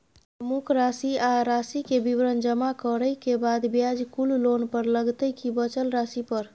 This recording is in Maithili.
अमुक राशि आ राशि के विवरण जमा करै के बाद ब्याज कुल लोन पर लगतै की बचल राशि पर?